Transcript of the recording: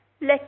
Let